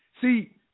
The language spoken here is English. see